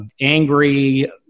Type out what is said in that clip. angry